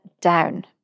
down